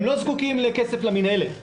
הם לא זקוקים לכסף עבור המנהלת,